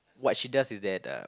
what she does is that uh